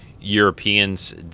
Europeans